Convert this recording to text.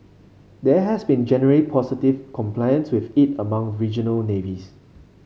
there has been generally positive compliance with it among regional navies